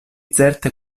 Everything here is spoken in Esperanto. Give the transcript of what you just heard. certe